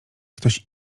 ktoś